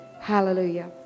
Hallelujah